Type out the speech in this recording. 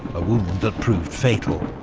a wound that proved fatal.